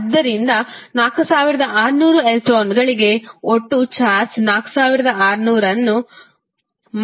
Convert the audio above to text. ಆದ್ದರಿಂದ 4600 ಎಲೆಕ್ಟ್ರಾನ್ಗಳಿಗೆ ಒಟ್ಟು ಚಾರ್ಜ್ 4600 ಅನ್ನು 1